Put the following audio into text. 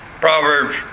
Proverbs